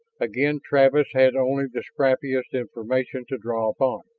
again travis had only the scrappiest information to draw upon.